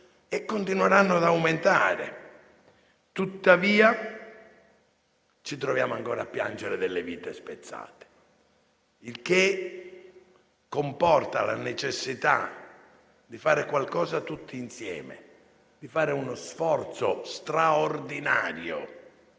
e continueranno ad aumentare. Tuttavia, ci troviamo ancora a piangere delle vite spezzate, il che comporta la necessità di fare qualcosa tutti insieme, di fare uno sforzo straordinario